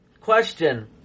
question